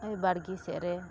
ᱵᱟᱲᱜᱮ ᱥᱮᱫ ᱨᱮ